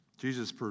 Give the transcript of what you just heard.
Jesus